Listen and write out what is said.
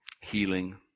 healing